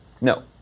No